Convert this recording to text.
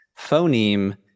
Phoneme